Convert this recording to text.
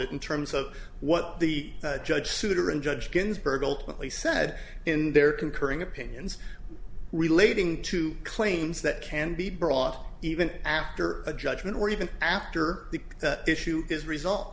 it in terms of what the judge souter and judge ginsburg ultimately said in their concurring opinions relating to claims that can be brought even after a judgment or even after the issue is result